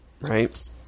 Right